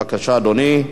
בבקשה, אדוני.